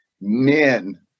men